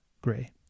gray